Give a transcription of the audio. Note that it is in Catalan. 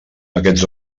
aquests